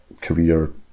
career